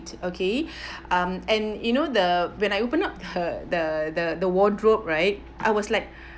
okay um and you know the when I open up her the the the wardrobe right I was like